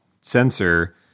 sensor